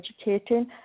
educating